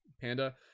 Panda